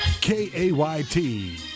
K-A-Y-T